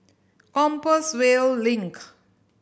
Compassvale Link